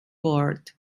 board